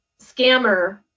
scammer